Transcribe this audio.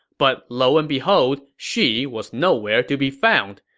but lo and behold, she was nowhere to be found.